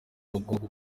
bagomba